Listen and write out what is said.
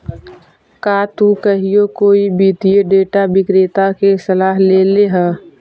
का तु कहियो कोई वित्तीय डेटा विक्रेता के सलाह लेले ह?